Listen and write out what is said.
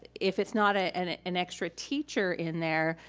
if it's not ah and ah an extra teacher in there,